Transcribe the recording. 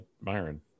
Myron